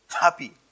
happy